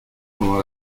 pendant